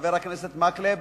חבר הכנסת מקלב,